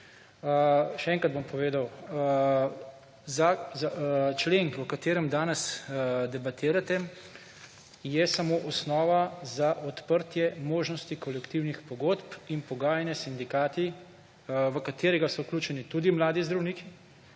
Še enkrat bom povedal, člen, o katerem danes debatirate, je samo osnova za odprtje možnosti kolektivnih pogodb in pogajanja s sindikati, v katerega so vključeni tudi mladi zdravniki,